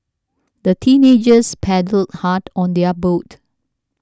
the teenagers paddled hard on their boat